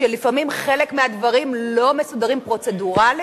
שלפעמים חלק מהדברים לא מסודרים פרוצדורלית.